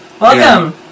Welcome